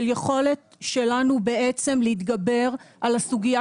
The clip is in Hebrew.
של יכולת שלנו בעצם להתגבר על הסוגיה